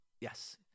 yes